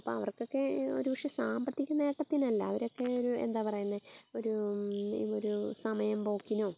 അപ്പം അവർക്കൊക്കെ ഒരു പക്ഷേ സാമ്പത്തിക നേട്ടത്തിനല്ല അവരൊക്കെ ഒരു എന്താ പറയുന്നത് ഒരു ഒരു സമയം പോക്കിനോ